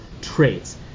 traits